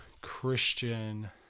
Christian